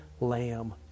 lamb